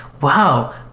Wow